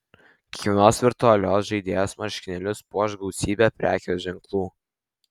kiekvienos virtualios žaidėjos marškinėlius puoš gausybė prekės ženklų